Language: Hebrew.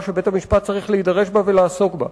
שבית-המשפט צריך להידרש לה ולעסוק בה.